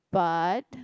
but